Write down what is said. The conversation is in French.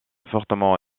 fortement